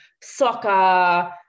soccer